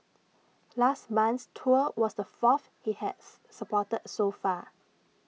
last month's tour was the fourth he has supported so far